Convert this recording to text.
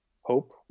Hope